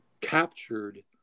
captured